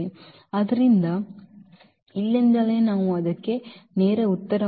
ಆದ್ದರಿಂದ ಇಲ್ಲಿಂದಲೇ ನಾವು ಅದಕ್ಕೆ ನೇರ ಉತ್ತರವನ್ನು ಪಡೆಯುತ್ತೇವೆ